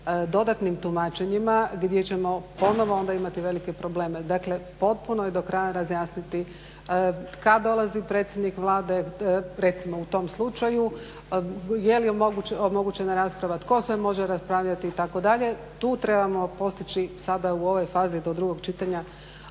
dodatnim tumačenjima gdje ćemo ponovno onda imati velike probleme. Dakle, potpuno i do kraja razjasniti kada dolazi predsjednik Vlade recimo u tom slučaju, je li omogućena rasprava, tko sve može raspravljati itd.. Tu trebamo postići sada u ovom fazi do drugog čitanja